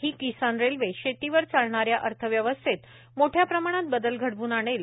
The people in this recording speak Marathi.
ही किसान रेल्वे शेतीवर चालणाऱ्या अर्थव्यवस्थेत मोठ्या प्रमाणात बदल घडव्न आणेल